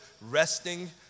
resting